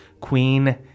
Queen